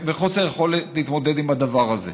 וחוסר יכולת להתמודד עם הדבר הזה.